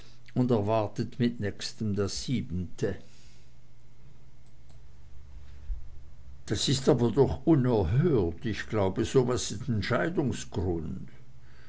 und erwartet mit nächstem das siebente das ist aber doch unerhört ich glaube so